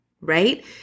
right